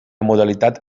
modalitat